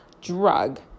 drug